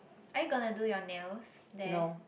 are you gonna to do your nails there